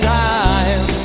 time